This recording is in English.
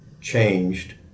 changed